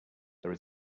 there